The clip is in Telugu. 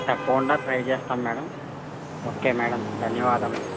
తప్పకుండా ట్రై చేస్తాం మేడం ఓకే మేడం ధన్యవాదములు